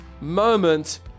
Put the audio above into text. moment